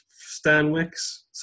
Stanwix